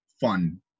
fun